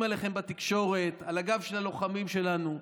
עליכם בתקשורת על הגב של הלוחמים שלנו.